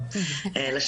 בעיקרון.